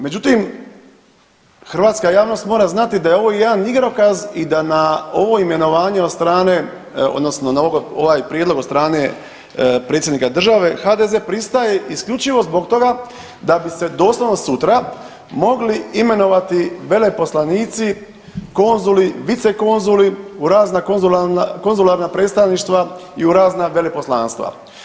Međutim, hrvatska javnost mora znati da je ovo jedan igrokaz i da na ovo imenovanje od strane odnosno na ovaj prijedlog od strane predsjednika države HDZ pristaje isključivo zbog toga da bi se doslovno sutra mogli imenovati veleposlanici, konzuli, vicekonzuli u razna konzularna predstavništva i u razna veleposlanstva.